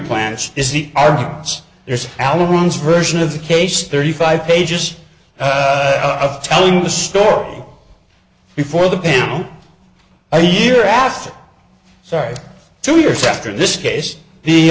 plans is the arguments there's allegations version of the case thirty five pages of telling the story before the panel a year after sorry two years after this case